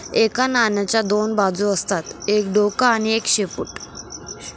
एका नाण्याच्या दोन बाजू असतात एक डोक आणि एक शेपूट